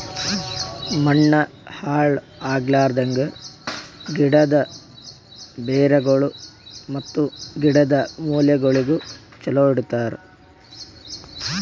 ಮಣ್ಣ ಹಾಳ್ ಆಗ್ಲಾರ್ದಂಗ್, ಗಿಡದ್ ಬೇರಗೊಳ್ ಮತ್ತ ಗಿಡದ್ ಮೂಲೆಗೊಳಿಗ್ ಚಲೋ ಇಡತರ್